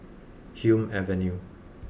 Hume Avenue